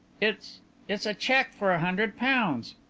it's it's a cheque for a hundred pounds.